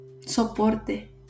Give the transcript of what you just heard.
soporte